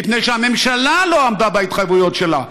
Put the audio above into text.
מפני שהממשלה לא עמדה בהתחייבויות שלה,